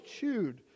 chewed